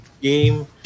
Game